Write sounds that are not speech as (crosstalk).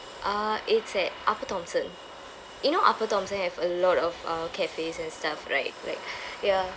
uh it's at upper thomson you know upper thomson have a lot of uh cafes and stuff right like (breath) ya